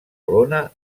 lona